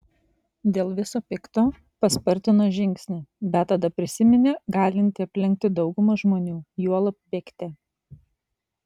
dėl viso pikto paspartino žingsnį bet tada prisiminė galinti aplenkti daugumą žmonių juolab bėgte